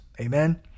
Amen